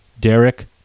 Derek